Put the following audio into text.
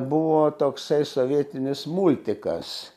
buvo toks sovietinis multikas